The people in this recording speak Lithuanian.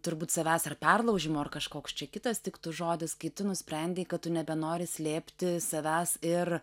turbūt savęs ar perlaužimo ar kažkoks čia kitas tiktų žodis kai tu nusprendei kad tu nebenori slėpti savęs ir